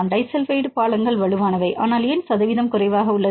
disulphide பாலங்கள் வலுவானவை ஆனால் ஏன் சதவீதம் குறைவாக உள்ளது